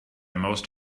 most